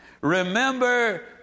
Remember